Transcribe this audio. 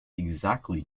exactly